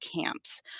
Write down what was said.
camps